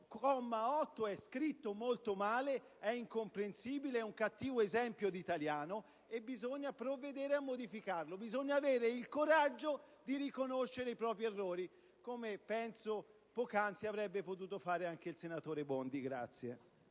comma 8 è scritto molto male, è incomprensibile, è un cattivo esempio di italiano e bisogna provvedere a modificarlo, bisogna avere il coraggio di riconoscere i propri errori, come penso poc'anzi avrebbe potuto fare anche il ministro Bondi.